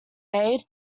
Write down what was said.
made